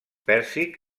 pèrsic